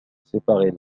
séparés